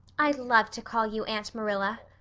i'd love to call you aunt marilla,